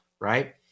right